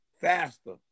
faster